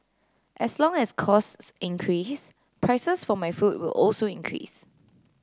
as long as costs increase prices for my food will also increase